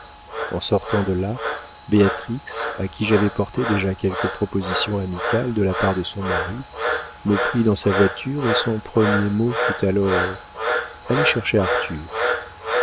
en sortant de là béatrix à qui j'avais porté déjà quelques propositions amicales de la part de son mari me prit dans sa voiture et son premier mot fut alors allez chercher arthur